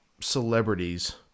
celebrities